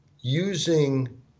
using